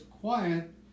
quiet